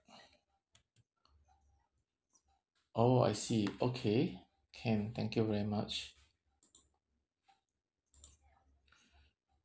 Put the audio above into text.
oh I see okay can thank you very much